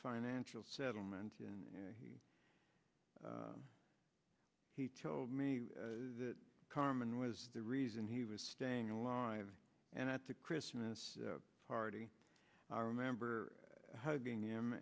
financial settlement and he told me that carmen was the reason he was staying alive and at the christmas party i remember hugging him